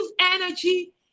energy